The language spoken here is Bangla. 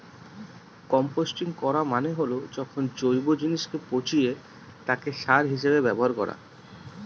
কম্পস্টিং করা মানে হল যখন জৈব জিনিসকে পচিয়ে তাকে সার হিসেবে ব্যবহার করা